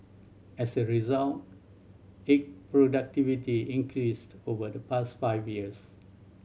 as a result egg productivity increased over the past five years